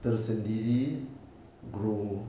tersendiri grow